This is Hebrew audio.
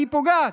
והיא פוגעת,